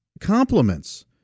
compliments